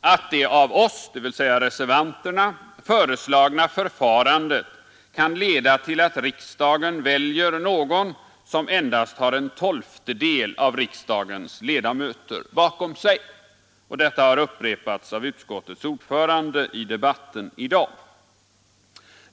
att det av oss, dvs. reservanterna, föreslagna förfarandet kan leda till att riksdagen väljer någon ”som endast har en tolftedel av riksdagens ledamöter bakom sig”. Detta har upprepats av utskottets ordförande i debatten i dag.